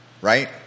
Right